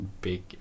big